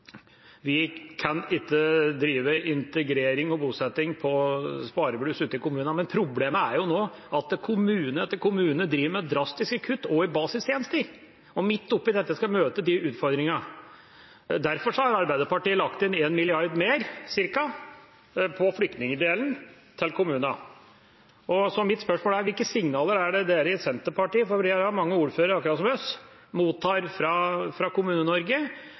Vi kan ikke drive integrering og bosetting på sparebluss ute i kommunene. Men problemet er nå at kommune etter kommune driver med drastiske kutt også i basistjenester, og midt oppi dette skal de møte de utfordringene. Derfor har Arbeiderpartiet lagt inn rundt én milliard mer på flyktningdelen til kommunene. Mitt spørsmål er: Hvilke signaler er det dere i Senterpartiet – for dere har mange ordførere, akkurat som oss – mottar fra